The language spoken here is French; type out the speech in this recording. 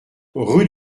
rue